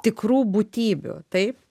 tikrų būtybių taip